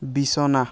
বিছনা